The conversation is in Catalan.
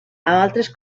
altres